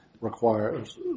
requires